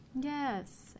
Yes